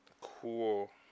Cool